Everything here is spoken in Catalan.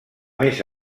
més